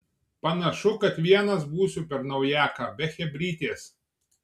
panašu kad vienas būsiu per naujaką be chebrytės